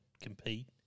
compete